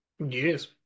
Yes